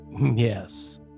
yes